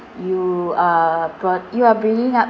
you uh brought you are bringing up